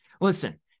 listen